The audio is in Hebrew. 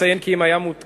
אציין כי אם היה מעודכן,